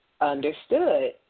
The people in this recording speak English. Understood